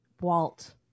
walt